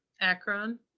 Akron